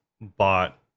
bought